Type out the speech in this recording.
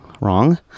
wrong